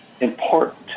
important